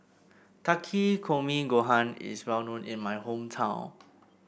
Takikomi Gohan is well known in my hometown